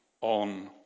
on